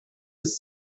was